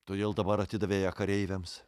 todėl dabar atidavė ją kareiviams